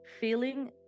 feeling